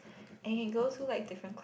I can go through like different